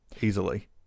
easily